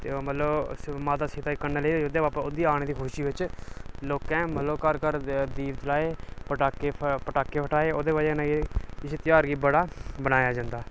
ते ओह् मतलब माता सीता गी कन्नै लेइयै अयोध्या बापस ओहदी आने दी खुशी बिच्च लोकें मतलब घर घर दीप जलाए पटाके पटाके फटाए ओह्दी वजह कन्नै के इसी धेयार गी बड़ा बनाया जंदा